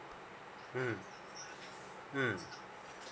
mm mm